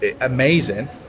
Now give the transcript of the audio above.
amazing